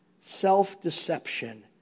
Self-deception